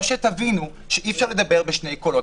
או תבינו שאי אפשר לדבר בשני קולות?